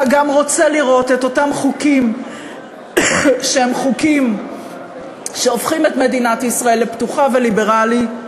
גם רוצה לראות את אותם חוקים שהופכים את מדינת ישראל לפתוחה וליברלית,